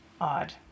Odd